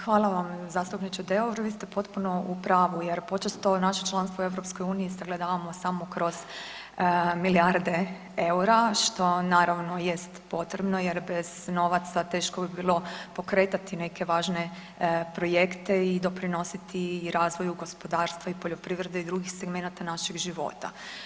Hvala vam zastupniče Deur, vi ste potpuno u pravu jer počesto naše članstvo u EU sagledavamo samo kroz milijarde EUR-a, što naravno jest potrebno jer bez novaca teško bi bilo pokretati neke važne projekte i doprinositi razvoju gospodarstva i poljoprivrede i drugih segmenata našeg života.